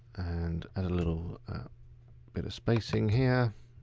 and and a little bit of spacing here.